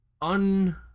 Un